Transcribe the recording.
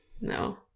No